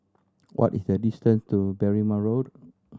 what is the distance to Berrima Road